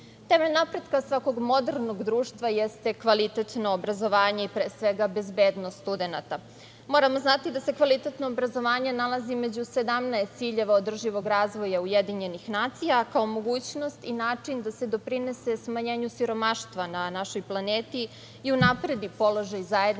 napretka svakog modernog društva jeste kvalitetno obrazovanje i, pre svega, bezbednost studenata. Moramo znati da se kvalitetno obrazovanje nalazi među 17 ciljeva održivog razvoja UN kao mogućnost i način da se doprinese smanjenju siromaštva na našoj planeti i unapredi položaj zajednica